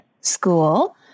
school